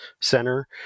center